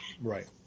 Right